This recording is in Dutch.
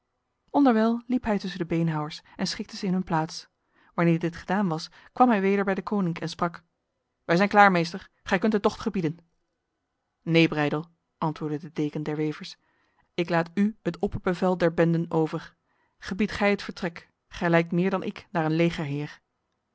onderwijl liep hij tussen de beenhouwers en schikte ze in hun plaats wanneer dit gedaan was kwam hij weder bij deconinck en sprak wij zijn klaar meester gij kunt de tocht gebieden neen breydel antwoordde de deken der wevers ik laat u het opperbevel der benden over gebiedt gij het vertrek gij lijkt meer dan ik naar een